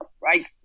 right